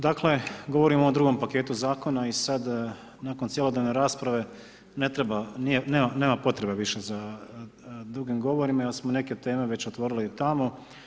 Dakle govorim o ovom drugom paketu zakona i sada nakon cjelodnevne rasprave, ne treba, nema potrebe za dugim govorima, jer smo neke teme već i otvorili i tamo.